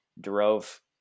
drove